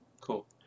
Cool